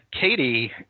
Katie